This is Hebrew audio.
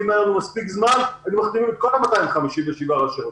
ואם היה לנו מספיק זמן היינו מחתימים את כל 257 ראשי הרשויות.